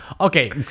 Okay